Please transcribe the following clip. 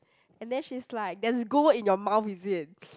and then she's like there's gold in your mouth is it